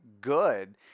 good